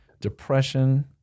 depression